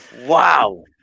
Wow